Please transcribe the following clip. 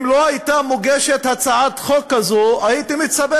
אם לא הייתה מוגשת הצעת חוק כזאת הייתי מצפה